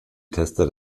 tester